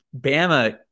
Bama